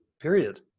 period